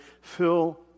fill